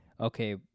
okay